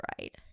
right